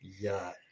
Yuck